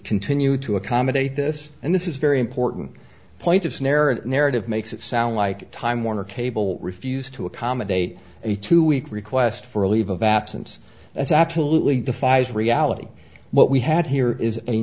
continue to accommodate this and this is very important point of snaring narrative makes it sound like time warner cable refused to accommodate a two week request for a leave of absence that's absolutely defies reality what we had here is a